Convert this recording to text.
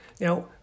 Now